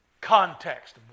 context